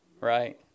right